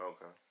Okay